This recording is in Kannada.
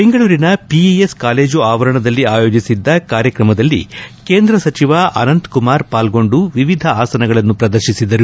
ಬೆಂಗಳೂರಿನ ಪಿಇಎಸ್ ಕಾಲೇಜು ಆವರಣದಲ್ಲಿ ಆಯೋಜಿಸಿದ್ದ ಕಾರ್ಯಕ್ರಮದಲ್ಲಿ ಕೇಂದ್ರ ಸಚಿವ ಅನಂತ್ ಕುಮಾರ್ ಪಾಲ್ಗೊಂಡು ವಿವಿಧ ಆಸನಗಳನ್ನು ಪ್ರದರ್ತಿಸಿದರು